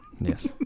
Yes